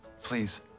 Please